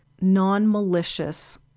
non-malicious